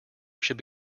should